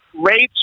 rates